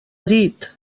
dit